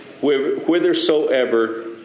whithersoever